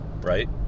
right